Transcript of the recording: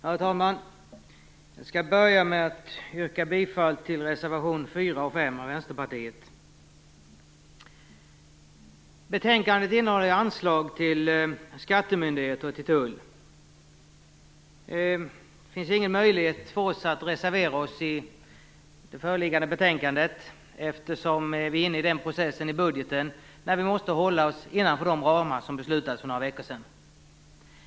Herr talman! Jag skall börja med att yrka bifall till reservationerna 4 och 5 av Vänsterpartiet. Betänkandet innehåller anslag till skattemyndigheter och till tull. Det finns ingen möjlighet för oss att reservera oss till det föreliggande betänkandet, eftersom vi är inne i den del av budgetprocessen där vi måste hålla oss innanför de ramar som beslutades för några veckor sedan.